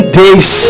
day's